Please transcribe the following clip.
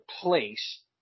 place